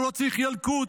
הוא צריך ילקוט.